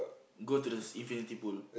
go to the infinity pool